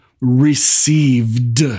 received